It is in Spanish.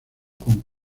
con